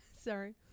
sorry